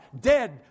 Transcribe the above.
dead